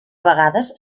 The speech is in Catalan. vegades